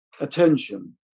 attention